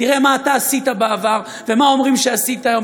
תראה מה אתה עשית בעבר ומה אומרים שעשית היום,